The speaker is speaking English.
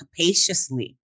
capaciously